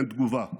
אין תגובה,